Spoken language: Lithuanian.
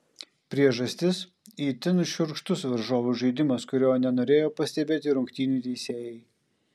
priežastis itin šiurkštus varžovų žaidimas kurio nenorėjo pastebėti rungtynių teisėjai